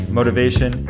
motivation